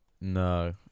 No